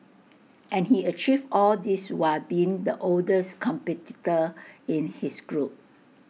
and he achieved all this while being the oldest competitor in his group